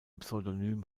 pseudonym